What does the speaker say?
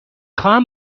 خواهم